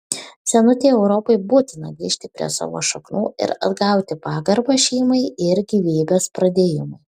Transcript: senutei europai būtina grįžti prie savo šaknų ir atgauti pagarbą šeimai ir gyvybės pradėjimui